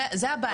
זאת הבעיה.